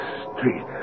street